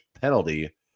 penalty